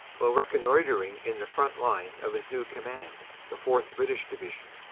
while reconnoitering in the front line of his new command, the fourth british division.